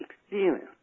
experience